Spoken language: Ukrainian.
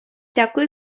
дякую